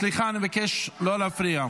סליחה, אני מבקש לא להפריע.